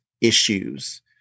issues